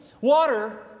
Water